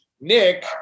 nick